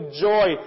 joy